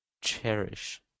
cherish